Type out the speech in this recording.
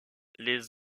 les